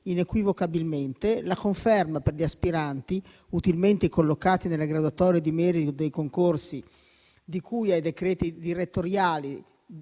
inequivocabilmente la conferma per gli aspiranti utilmente collocati nella graduatoria di merito dei concorsi, di cui ai decreti direttoriali